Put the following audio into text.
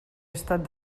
estat